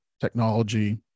technology